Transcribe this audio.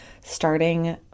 starting